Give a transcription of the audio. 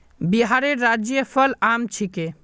बिहारेर राज्य फल आम छिके